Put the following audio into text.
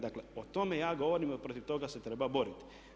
Dakle, o tome ja govorim i protiv toga se treba boriti.